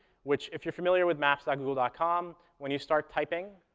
which, if you're familiar with maps like google ah com, when you start typing,